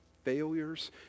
failures